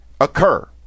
Occur